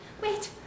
Wait